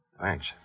Thanks